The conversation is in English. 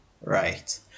right